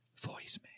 voicemail